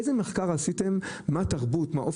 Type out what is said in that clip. איזה מחקר עשיתם בשאלה